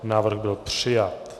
Návrh byl přijat.